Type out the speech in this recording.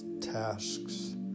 tasks